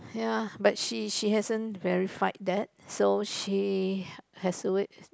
ya but she she hasn't verified that so she has to wait